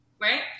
Right